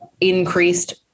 increased